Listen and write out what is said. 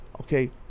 okay